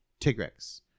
Tigrex